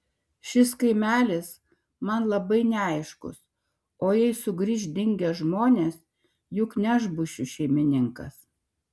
šis kaimelis man labai neaiškus o jei sugrįš dingę žmonės juk ne aš būsiu šeimininkas